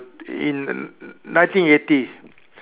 in nineteen eighty